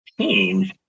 change